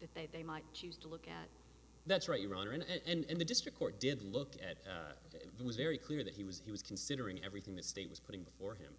if they they might choose to look at that's right your honor and the district court did look at that it was very clear that he was he was considering everything the state was putting before him